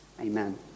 amen